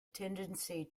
tendency